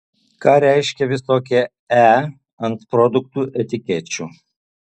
ką reiškia visokie e ant produktų etikečių